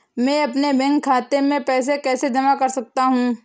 मैं अपने बैंक खाते में पैसे कैसे जमा कर सकता हूँ?